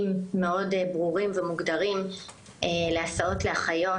מאוד מוגדרים וברורים להסעות לאחיות,